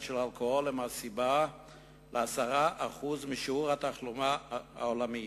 של אלכוהול היא הסיבה ל-10% משיעור התחלואה העולמי